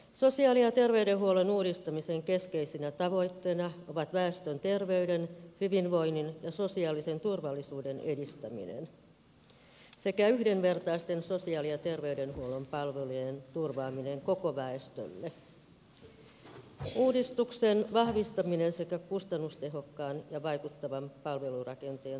sosiaali ja terveydenhuollon uudistamisen keskeisinä tavoitteina ovat väestön terveyden hyvinvoinnin ja sosiaalisen turvallisuuden edistäminen sekä yhdenvertaisten sosiaali ja terveydenhuollon palvelujen turvaaminen koko väestölle uudistuksen vahvistaminen sekä kustannustehokkaan ja vaikuttavan palvelurakenteen toteuttaminen